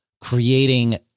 creating